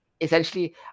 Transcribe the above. essentially